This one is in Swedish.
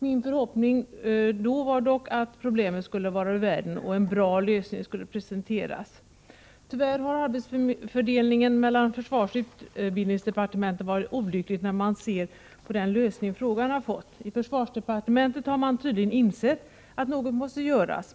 Min förhoppning var dock att problemet skulle vara ur världen och att en mellan skolavslutbra lösning Skulle presenteras. Tyvärr har arbetsfördelningen jackan förs: ning och inryck 2 ER EE ei olycklig. EG Visar den SR ning till värnpliktsrågan har fått. I försvarsdepartementet har man tydligen insett att något tjänstgöring måste göras.